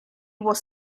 was